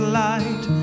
light